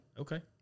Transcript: Okay